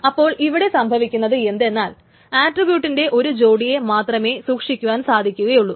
അപ്പോൾ ഇവിടെ സംഭവിക്കുന്നത് എന്തെന്നാൽ അട്രിബ്യൂട്ടിന്റെ ഒരു ജോടിയെ മാത്രമെ സൂക്ഷിക്കുവാൻ സാധിക്കുകയുള്ളു